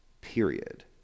period